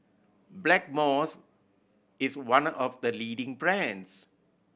Blackmores is one of the leading brands